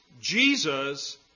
Jesus